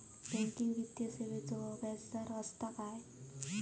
Banking वित्तीय सेवाचो व्याजदर असता काय?